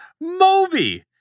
Moby